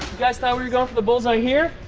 guys thought we were going for the bull's eye here.